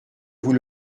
vous